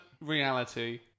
reality